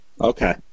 Okay